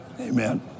Amen